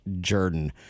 Jordan